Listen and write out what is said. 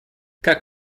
как